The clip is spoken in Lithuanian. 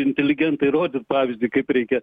inteligentai rodė pavyzdį kaip reikia